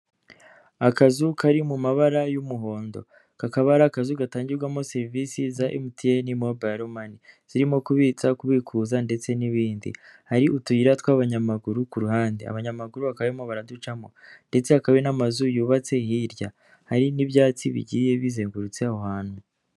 kazu kari mu mabara y'umuhondo, kakaba ari akazu gatangirwamo serivisi za MTN mobile man, zirimo kubitsa, kubikuza ndetse n'ibindi, hari utuyira tw'abanyamaguru ku ruhande, abanyamaguru baka barimo baraducamo ndetse hakaba n'amazu yubatse hirya, hari n'ibyatsi bigiye bizengurutse aho hantu.